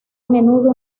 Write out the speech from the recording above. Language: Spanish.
menudo